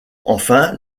enfin